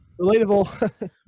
Relatable